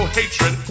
hatred